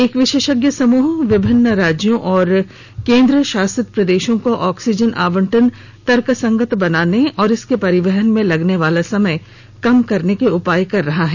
एक विशेषज्ञ समूह विभिन्न राज्यों और केन्द्र शासित प्रदेशों को ऑक्सीजन आवंटन तर्कसंगत बनाने और इसके परिवहन में लगने वाला समय कम करने के उपाय कर रहा है